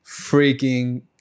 freaking